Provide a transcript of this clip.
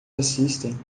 assistem